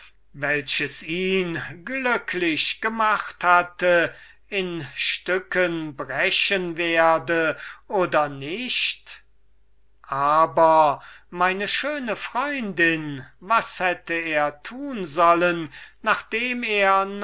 welches ihn glücklich gemacht hatte in stücken brechen werde oder nicht aber meine schöne dame was hätte er tun sollen nachdem er